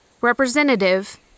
Representative